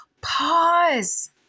pause